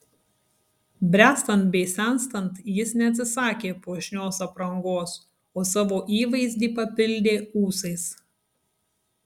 bręstant bei senstant jis neatsisakė puošnios aprangos o savo įvaizdį papildė ūsais